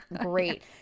great